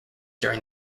during